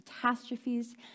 catastrophes